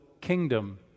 kingdom